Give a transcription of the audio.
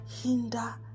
hinder